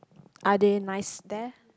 are they nice there